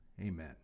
amen